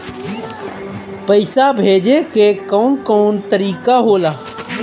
पइसा भेजे के कौन कोन तरीका होला?